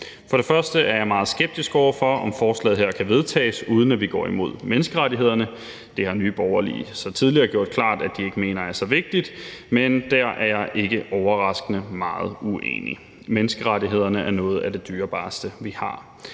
For det første er jeg meget skeptisk over for, om forslaget her kan vedtages, uden at vi går imod menneskerettighederne. Det har Nye Borgerlige så tidligere gjort klart at de ikke mener er så vigtigt, men dér er jeg ikke overraskende meget uenig. Menneskerettighederne er noget af det dyrebareste, vi har.